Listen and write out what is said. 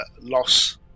loss